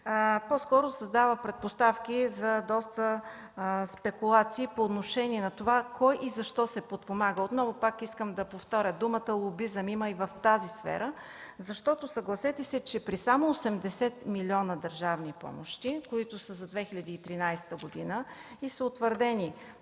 по-скоро създава предпоставки за доста спекулации по отношение на това кой и защо се подпомага. Отново искам да повторя думата „лобизъм” – има я и в тази сфера. Защото съгласете се, че при само 80 милиона държавни помощи, които са за 2013 г. и са утвърдени